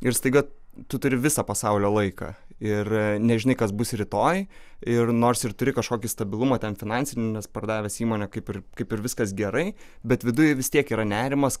ir staiga tu turi visą pasaulio laiką ir nežinai kas bus rytoj ir nors ir turi kažkokį stabilumą ten finansinį nes pardavęs įmonę kaip ir kaip ir viskas gerai bet viduj vis tiek yra nerimas